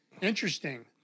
Interesting